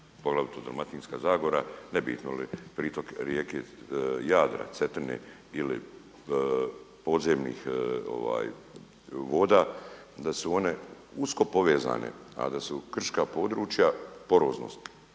poglavito Dalmatinska zagora, ne bitno je li pritok rijeke Jadra, Cetine ili podzemnih voda, da su one usko povezane a da su krška područja poroznost